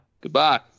Goodbye